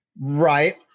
Right